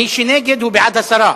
מי שנגד, הוא בעד הסרה.